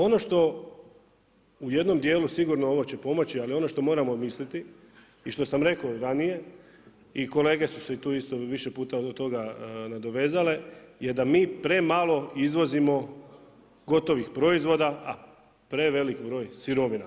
Ono što u jednom dijelu sigurno će pomoći, ali ono što moramo misliti i što sam rekao ranije i kolege su se isto tu više puta oko toga nadovezale, je da mi premalo izvozimo gotovih proizvoda, a prevelik broj sirovina.